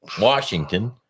Washington